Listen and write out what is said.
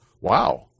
wow